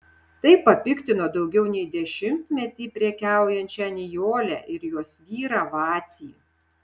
tai papiktino daugiau nei dešimtmetį prekiaujančią nijolę ir jos vyrą vacį